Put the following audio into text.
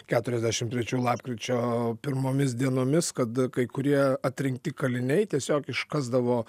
keturiasdešim trečių lapkričio pirmomis dienomis kad kai kurie atrinkti kaliniai tiesiog iškasdavo